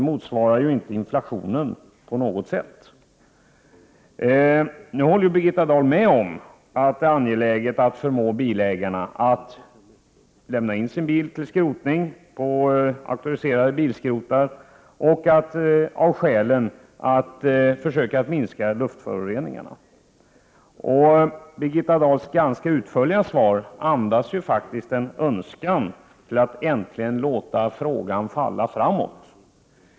motsvarar ju inte på något sätt inflationen. Birgitta Dahl håller nu med om att det är angeläget att förmå bilägarna att lämna in sina bilar till auktoriserade bilskrotare för skrotning, med hänvisning till behovet av att minska luftföroreningarna. Birgitta Dahls ganska utförliga svar andas faktiskt en önskan att äntligen låta frågan falla framåt.